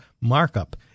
markup